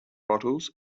bottles